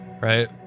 Right